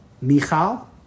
Michal